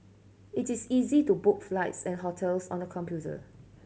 it is easy to book flights and hotels on the computer